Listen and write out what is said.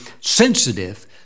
sensitive